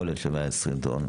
יכולת של 120 טון.